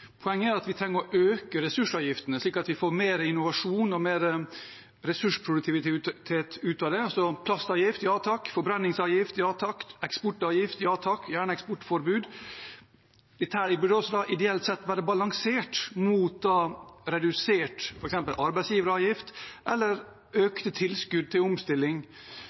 Poenget er at vi trenger å øke ressursavgiftene slik at vi får mer innovasjon og mer ressursproduktivitet ut av det. Altså: plastavgift – ja takk; forbrenningsavgift – ja takk; eksportavgift – ja takk, og gjerne eksportforbud. Dette burde ideelt sett også være balansert mot redusert f.eks. arbeidsgiveravgift – eller med økte tilskudd til omstilling,